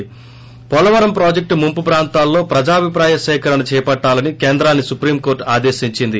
ి పోలవరం ప్రాజెక్టు ముంపు ప్రాంతాల్లో ప్రజాభిప్రాయ సేకరణ చేపట్టాలని కేంద్రాన్ని సుప్రీం కోర్లు ఆదేశించింది